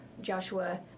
joshua